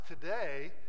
today